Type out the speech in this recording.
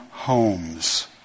homes